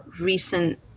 recent